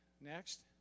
Next